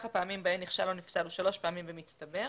הפעמים בהן נכשל או נפסל הוא שלוש פעמים במצטבר,